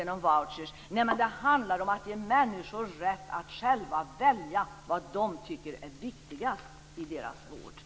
Nej, men det handlar om att ge människor rätt att själva välja vad de tycker är viktigast i deras vård.